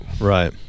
Right